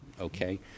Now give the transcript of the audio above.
okay